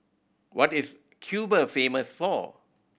what is Cuba famous for